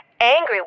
angry